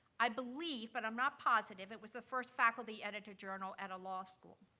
i believe, but i'm not positive, it was the first faculty-edited journal at a law school.